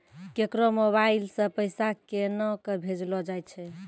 केकरो मोबाइल सऽ पैसा केनक भेजलो जाय छै?